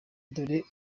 dore